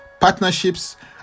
partnerships